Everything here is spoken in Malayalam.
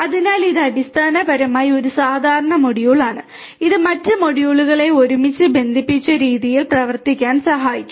അതിനാൽ ഇത് അടിസ്ഥാനപരമായി ഒരു സാധാരണ മൊഡ്യൂളാണ് ഇത് മറ്റ് മൊഡ്യൂളുകളെ ഒരുമിച്ച് ബന്ധിപ്പിച്ച രീതിയിൽ പ്രവർത്തിക്കാൻ സഹായിക്കും